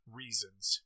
reasons